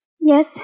Yes